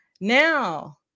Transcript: Now